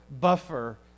buffer